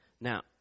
Now